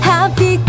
Happy